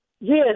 Yes